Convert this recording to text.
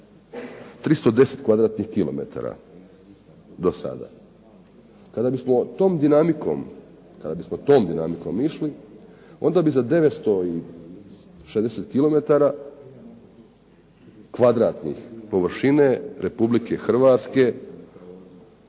do sada. Kada bismo tom dinamikom išli, onda bi za 960 kilometara kvadratnih površine Republike Hrvatske,